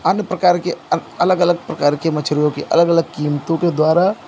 अन्य प्रकार के अलग अलग प्रकार की मछलियों की अलाग अलग क़ीमतों के द्वारा